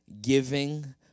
giving